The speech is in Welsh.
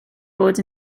bod